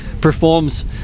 performs